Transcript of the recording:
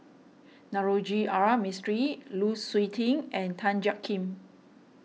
Navroji R Mistri Lu Suitin and Tan Jiak Kim